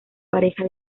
pareja